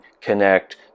connect